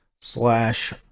slash